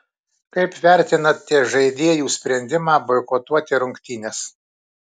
kaip vertinate žaidėjų sprendimą boikotuoti rungtynes